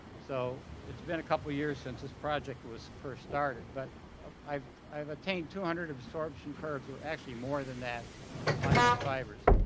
so it's been a couple of years since this project was first started but i've i've attained two hundred absorption curves or actually more than that on these fibers.